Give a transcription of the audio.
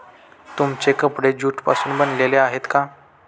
तुमचे कपडे ज्यूट पासून बनलेले आहेत का?